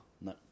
No